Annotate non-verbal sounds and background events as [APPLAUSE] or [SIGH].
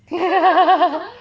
[LAUGHS]